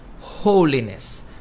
holiness